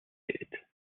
did